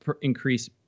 increase